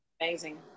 amazing